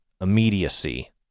immediacy